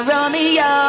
Romeo